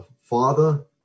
father